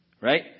Right